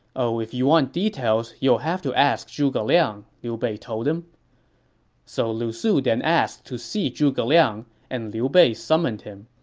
if you want details, you'll have to ask zhuge liang, liu bei told him so lu su then asked to see zhuge liang, and liu bei summoned him.